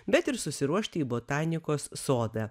bet ir susiruošti į botanikos sodą